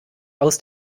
aus